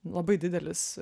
labai didelis